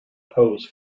pose